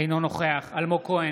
אינו נוכח אלמוג כהן,